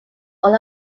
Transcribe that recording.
all